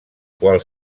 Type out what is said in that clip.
qual